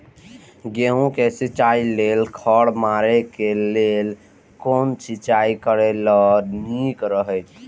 गेहूँ के सिंचाई लेल खर मारे के लेल कोन सिंचाई करे ल नीक रहैत?